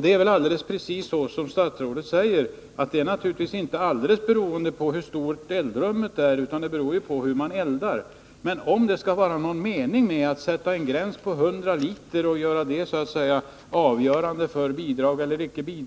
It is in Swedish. Det är väl precis så som statsrådet säger, att effekten inte är helt beroende på hur stort eldrummet är, utan den beror på hur man eldar. Frågan är om det är någon mening med att sätta en gräns vid 100 liter och låta den storleken bli avgörande för om bidrag skall utgå eller inte — såsom